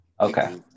Okay